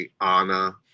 anna